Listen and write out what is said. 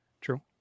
True